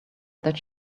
that